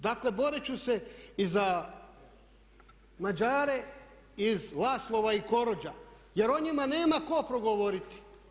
Dakle, borit ću se i za Mađare iz Laslova i Koroga(Korođa) jer o njima nema tko progovoriti.